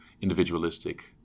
individualistic